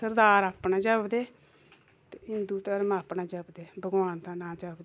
सरदार अपना जपदे ते हिंदु धर्म अपना जपदे भगवान दा नांऽ जपदे